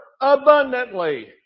abundantly